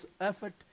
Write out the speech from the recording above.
effort